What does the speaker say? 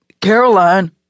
Caroline